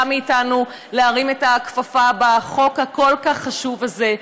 מאיתנו להרים את הכפפה בחוק הכל-כך חשוב הזה,